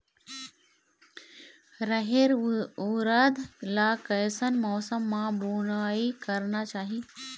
रहेर उरद ला कैसन मौसम मा बुनई करना चाही?